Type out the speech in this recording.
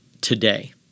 today